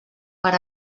per